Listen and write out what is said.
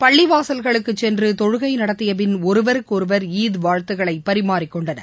பள்ளி வாசல்களுக்குச் சென்று தொழுகை நடத்தியபின் ஒருவருக்கொருவா் ஈத் வாழ்த்துக்களை பரிமாறிக் கொண்டனர்